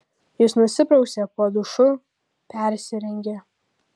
jis nusiprausė po dušu persirengė